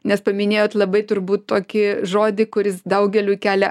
nes paminėjot labai turbūt tokį žodį kuris daugeliui kelia